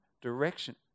direction